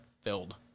filled